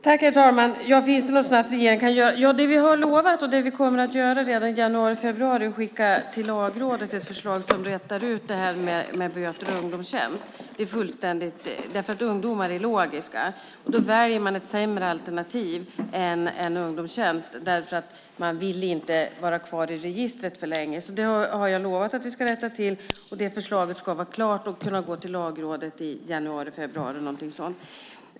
Herr talman! Finns det något regeringen kan göra snabbt? Det vi har lovat och det vi kommer att göra redan i januari februari och skicka till Lagrådet är ett förslag som rätar ut det här med böter och ungdomstjänst. Ungdomar är logiska. De väljer ett sämre alternativ än ungdomstjänst eftersom de inte vill vara kvar i registret för länge. Vi har lovat att vi ska rätta till detta, och förslaget ska alltså vara klart och kunna gå till Lagrådet någon gång i januari februari.